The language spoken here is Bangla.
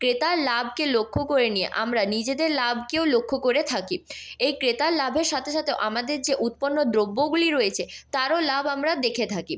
ক্রেতার লাভকে লক্ষ্য করে নিয়ে আমরা নিজেদের লাভকেও লক্ষ্য করে থাকি এই ক্রেতার লাভের সাথে সাথেও আমাদের যে উৎপন্ন দ্রব্যগুলি রয়েছে তারও লাভ আমরা দেখে থাকি